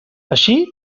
així